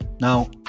Now